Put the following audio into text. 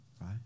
right